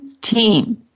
Team